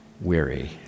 weary